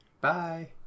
Bye